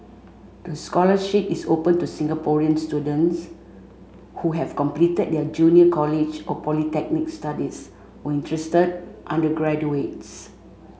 the scholarship is open to Singaporean students who have completed their junior college or polytechnic studies or interested undergraduates